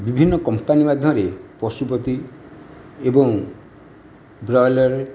ବିଭିନ୍ନ କମ୍ପାନୀ ମାଧ୍ୟମରେ ପଶୁପତି ଏବଂ ବ୍ରଏଲର